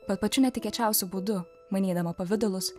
bet pačiu netikėčiausiu būdu manydama pavidalus